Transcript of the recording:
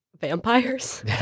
vampires